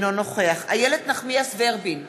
אינו נוכח איילת נחמיאס ורבין,